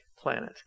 Planet